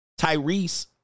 Tyrese